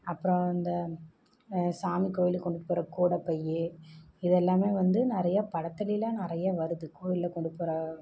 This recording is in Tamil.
அப்புறம் இந்த சாமி கோயிலுக்கு கொண்டு போகிற கூடை பை இதெல்லாமே வந்து நிறையா படத்துலெலாம் நிறையா வருது கோயில்ல கொண்டு போகிற